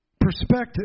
Perspective